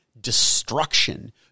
destruction